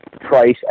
price